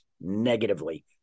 negatively